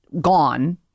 gone